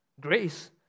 Grace